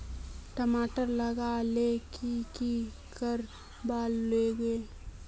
टमाटर लगा ले की की कोर वा लागे?